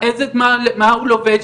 מה הוא לובש,